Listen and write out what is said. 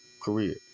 career